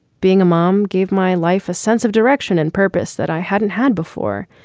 being a mom gave my life a sense of direction and purpose that i hadn't had before,